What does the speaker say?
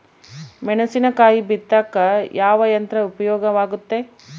ಮೆಣಸಿನಕಾಯಿ ಬಿತ್ತಾಕ ಯಾವ ಯಂತ್ರ ಉಪಯೋಗವಾಗುತ್ತೆ?